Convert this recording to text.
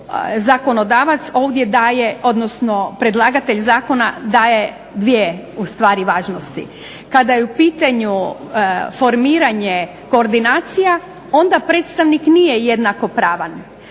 zakonodavac ovdje daje, odnosno predlagatelj zakona daje dvije u stvari važnosti. Kada je u pitanju formiranje koordinacija onda predstavnik nije jednakopravan.